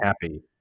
happy